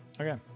Okay